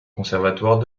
conservatoire